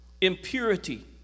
impurity